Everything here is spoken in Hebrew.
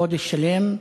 חודש שלם,